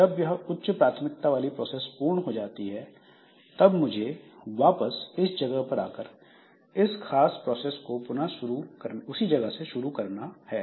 जब वह उच्च प्राथमिकता वाली प्रोसेस पूर्ण हो जाती है तब मुझे वापस इस जगह पर आकर इस खास प्रोसेस को पुनः उसी जगह से शुरू करना है